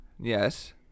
Yes